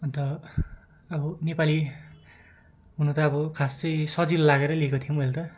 अन्त अब नेपाली हुनु त अब खास चाहिँ सजिलो लागेर लिएको थिएँ मैले त